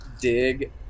dig